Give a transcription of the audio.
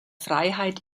freiheit